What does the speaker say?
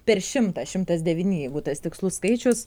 per šimtą šimtas devyni jeigu tas tikslus skaičius